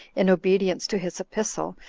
in obedience to his epistle,